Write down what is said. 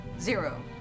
zero